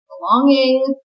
belonging